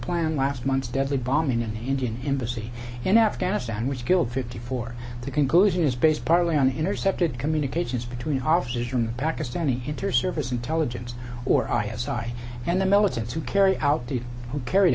plan last month's deadly bombing in the indian embassy in afghanistan which killed fifty four the conclusion is based partly on intercepted communications between officers from pakistani interservice intelligence or i s i and the militants who carry out the who carr